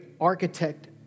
architect